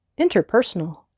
interpersonal